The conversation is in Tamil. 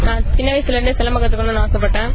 நாள் சின்ன வயசிலே இருந்தே சிலம்பம் கத்துக்கணம்ன ஆசைப்பட்டேன்